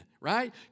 right